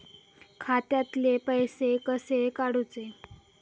खात्यातले पैसे कसे काडूचे?